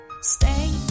Stay